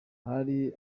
hari